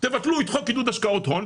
תבטלו את חוק עידוד השקעות הון,